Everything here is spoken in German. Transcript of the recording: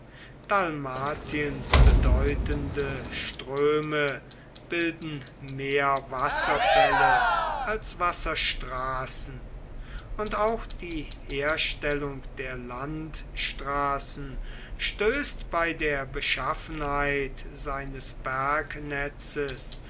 dalmatiens bedeutende ströme bilden mehr wasserfälle als wasserstraßen und auch die herstellung der landstraßen stößt bei der beschaffenheit seines